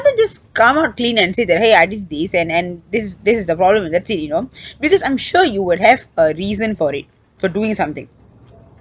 rather just come out clean and say that !hey! I did these and and this is this is the problem and that's it you know because I'm sure you would have a reason for it for doing something